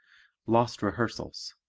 lost rehearsals